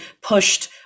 pushed